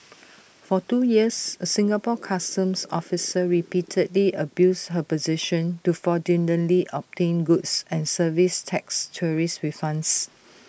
for two years A Singapore Customs officer repeatedly abused her position to fraudulently obtain goods and services tax tourist refunds